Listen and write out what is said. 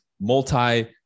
multi